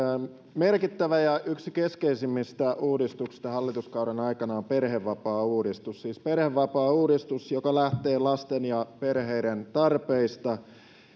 merkittävä ja yksi keskeisimmistä uudistuksista hallituskauden aikana on perhevapaauudistus siis perhevapaauudistus joka lähtee lasten ja perheiden tarpeista